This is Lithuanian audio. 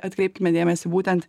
atkreipkime dėmesį būtent